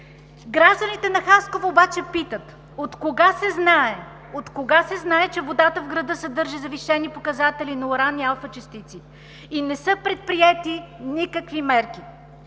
Гражданите на Хасково обаче питат: от кога се знае, че водата в града съдържа завишени показатели на уран и алфа частици и не са предприети никакви мерки?